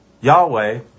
Yahweh